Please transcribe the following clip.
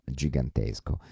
gigantesco